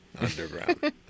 underground